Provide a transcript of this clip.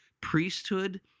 Priesthood